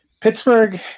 Pittsburgh